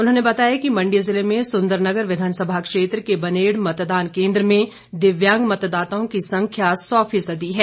उन्होंने बताया कि मंडी ज़िले में सुंदरनगर विधानसभा क्षेत्र के बनेड़ मतदान केंद्र में दिव्यांग मतदाताओं की संख्या सौ फीसदी है